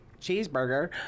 cheeseburger